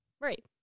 right